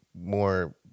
more